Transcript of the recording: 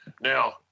Now